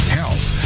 health